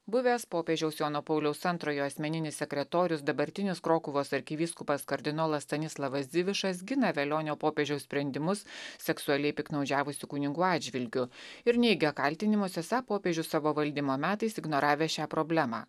buvęs popiežiaus jono pauliaus antrojo asmeninis sekretorius dabartinis krokuvos arkivyskupas kardinolas stanislavas dzivišas gina velionio popiežiaus sprendimus seksualiai piktnaudžiavusių kunigų atžvilgiu ir neigia kaltinimus esą popiežius savo valdymo metais ignoravęs šią problemą